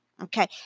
Okay